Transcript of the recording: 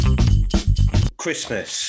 Christmas